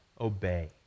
obey